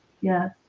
yes